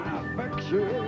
affection